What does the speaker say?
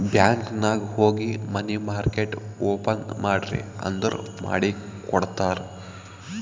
bank ನಾಗ್ ಹೋಗಿ money market open ಮಾಡ್ರಿ ಅಂದುರ್ ಮಾಡಿ ಕೊಡ್ತಾರ್